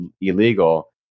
illegal